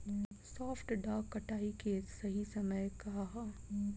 सॉफ्ट डॉ कटाई के सही समय का ह?